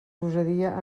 gosadia